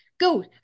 Go